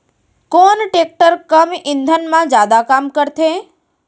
कोन टेकटर कम ईंधन मा जादा काम करथे?